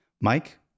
Mike